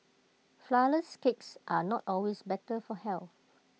Flourless Cakes are not always better for health